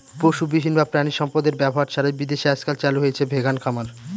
পশুবিহীন বা প্রানীসম্পদ এর ব্যবহার ছাড়াই বিদেশে আজকাল চালু হয়েছে ভেগান খামার